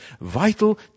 vital